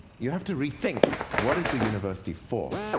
you have to rethink, what is the university for?